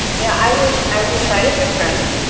yeah. i was i was invited by friends